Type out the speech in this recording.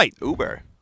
Uber